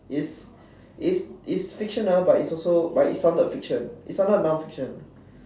it's it's it's fiction ah but it's also but it sounded fiction it sounded non fiction